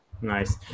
Nice